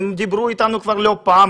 הם דיברו איתנו כבר לא פעם,